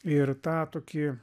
ir tą tokį